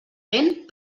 vent